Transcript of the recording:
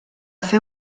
fer